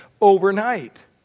overnight